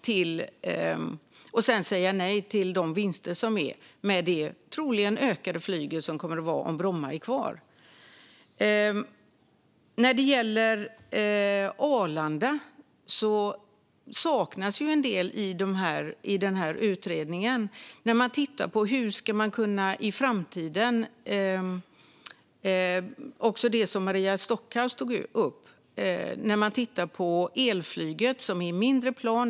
Sedan skulle man säga nej till de vinster som skulle bli om Bromma är kvar, i och med att flyget troligen kommer att öka. När det gäller Arlanda saknas det en del i denna utredning. Det var också det som Maria Stockhaus tog upp. Det handlar om att titta på elflyget, som är mindre plan.